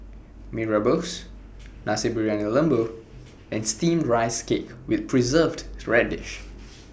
Mee Rebus Nasi Briyani Lembu and Steamed Rice Cake with Preserved Radish